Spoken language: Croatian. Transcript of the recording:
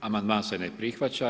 Amandman se ne prihvaća.